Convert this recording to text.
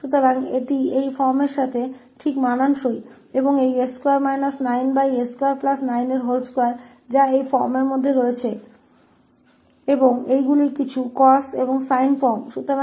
तो यह इस रूप में बिल्कुल फिट है और s2 9s292 जो इस रूप में खिला रहा है और ये कुछ कॉस और साइन रूप हैं